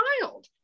child